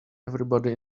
everybody